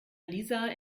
lisa